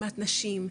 העצמת נשים,